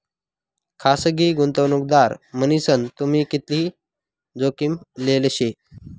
खासगी गुंतवणूकदार मन्हीसन तुम्ही कितली जोखीम लेल शे